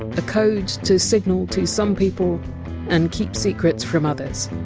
a code to signal to some people and keep secrets from others